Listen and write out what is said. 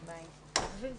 אולי